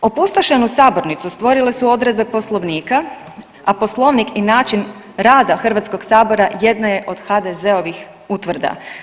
Opustošenu sabornicu stvorile su odredbe Poslovnika, a Poslovnik i način rada Hrvatskog sabora jedna je od HDZ-ovih utvrda.